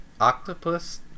octopus